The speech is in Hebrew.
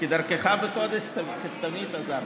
כדרכך בקודש, תמיד עזרת.